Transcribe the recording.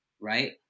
right